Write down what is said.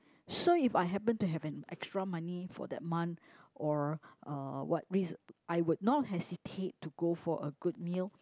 so if I happen to have an extra money for that month or uh what reason I would not hesitate to go for a good meal